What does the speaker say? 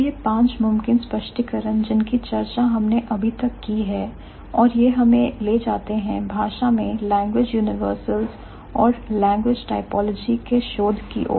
तो यह पांच मुमकिन स्पष्टीकरण जिनकी चर्चा हमने अभी तक की है और यह हमें ले जाता है भाषा में लैंग्वेज यूनिवर्सल्स और लैंग्वेज टाइपऑलजी के शोध की और